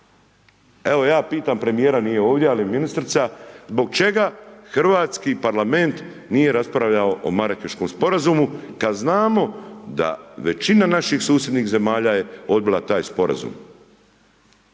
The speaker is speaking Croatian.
Evo ja pitam premijera, nije ovdje, ali ministrica, zbog čega Hrvatski parlament nije raspravljao o Marakeskom sporazumu kad znamo da većina naših susjednih zemalja je odbila taj sporazum?